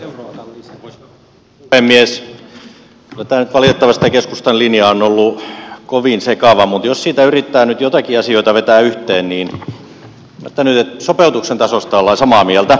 kyllä tämä keskustan linja nyt valitettavasti on ollut kovin sekava mutta jos siitä yrittää nyt joitakin asioita vetää yhteen niin sopeutuksen tasosta ollaan samaa mieltä